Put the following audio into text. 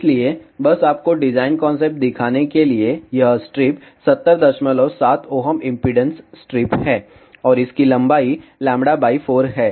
इसलिए बस आपको डिजाइन कंसेप्ट दिखाने के लिए यह स्ट्रिप 707 ओहम इम्पीडेन्स स्ट्रिप है और इसकी लंबाई λ 4 है